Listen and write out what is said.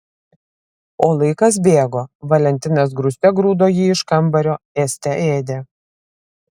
o laikas bėgo valentinas grūste grūdo jį iš kambario ėste ėdė